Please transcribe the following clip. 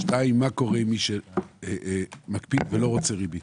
שתיים, מה קורה עם מי שמקפיד ולא רוצה ריבית?